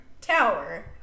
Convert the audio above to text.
tower